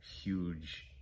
huge